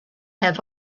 have